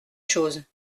chose